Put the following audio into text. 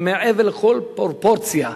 מעבר לכל פרופורציה.